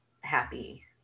happy